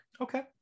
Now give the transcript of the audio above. Okay